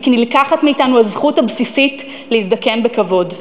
וכי נלקחת מאתנו הזכות הבסיסית להזדקן בכבוד.